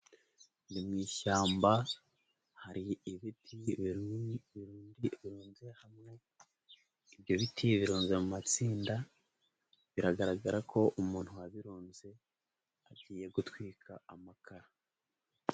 Ni mu ishyamba, hari ibiti birunze hamwe, ibyo biti bironga mu matsinda, biragaragara ko umuntu wabironze, agiye gutwika amakara.